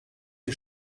die